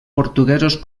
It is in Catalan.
portuguesos